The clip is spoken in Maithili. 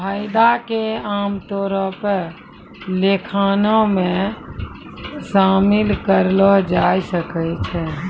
फायदा के आमतौरो पे लेखांकनो मे शामिल करलो जाय सकै छै